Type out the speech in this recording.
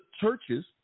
churches